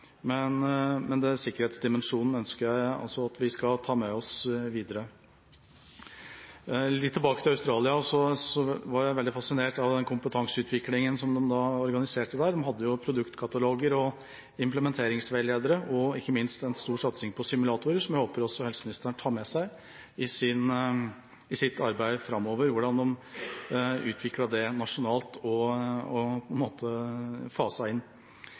men sikkerhetsdimensjonen ønsker jeg altså at vi skal ta med oss videre. Litt tilbake til Australia. Jeg var veldig fascinert av den kompetanseutviklingen som de organiserte der. De hadde produktkataloger og implementeringsveiledere og ikke minst en stor satsing på simulatorer. Jeg håper helseministeren i sitt arbeid framover tar med seg hvordan de utviklet det nasjonalt og faset det inn. Til slutt: Jeg klarer ikke helt å dy meg, for representanten Kjersti Toppe kom inn på